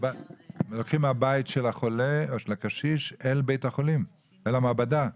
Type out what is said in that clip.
לוקחים מבית הקשיש אל בית החולים או למעבדה?